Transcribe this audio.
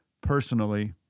personally